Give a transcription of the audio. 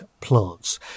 plants